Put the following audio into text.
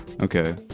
Okay